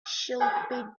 should